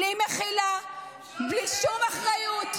בלי מחילה, בלי שום אחריות.